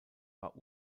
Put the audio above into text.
war